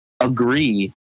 Agree